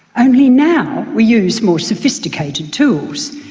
only now, we use more sophisticated tools,